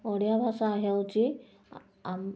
ଓଡ଼ିଆ ଭାଷା ହେଉଚି ଆମ